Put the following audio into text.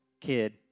kid